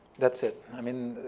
that's it. i mean,